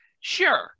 Sure